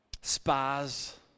spas